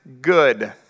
good